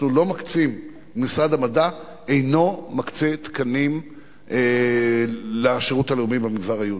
משרד המדע אינו מקצה תקנים לשירות הלאומי במגזר היהודי.